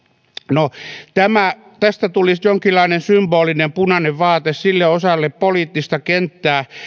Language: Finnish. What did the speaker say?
no tästä tuli sitten jonkinlainen symbolinen punainen vaate sille osalle poliittista kenttää